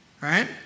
right